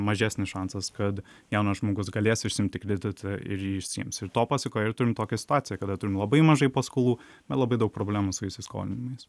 mažesnis šansas kad jaunas žmogus galės išsiimti kreditą ir jį išsiims ir to pasekoje ir turim tokią situaciją kada turim labai mažai paskolų bet labai daug problemų su įsiskolinimais